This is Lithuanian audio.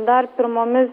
dar pirmomis